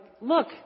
look